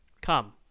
come